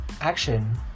action